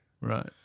Right